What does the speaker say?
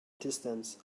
distance